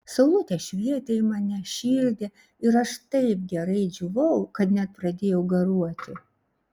saulutė švietė į mane šildė ir aš taip gerai džiūvau kad net pradėjau garuoti